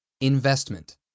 Investment